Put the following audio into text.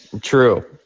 True